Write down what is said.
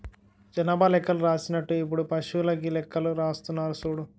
జనాభా లెక్కలు రాసినట్టు ఇప్పుడు పశువులకీ లెక్కలు రాస్తున్నారు సూడు